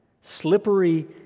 slippery